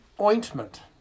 ointment